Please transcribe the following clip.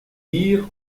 dire